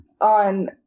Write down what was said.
on